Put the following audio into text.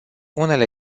unele